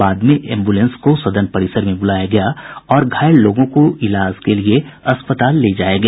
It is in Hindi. बाद में एंबुलेंस को सदन परिसर में ब्रलाया गया और घायल लोगों को इलाज के लिए अस्पताल ले जाया गया